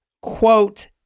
quote